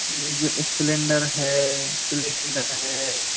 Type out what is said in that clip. ये जो इस्प्लेंडर है प्लेटिना है